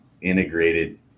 integrated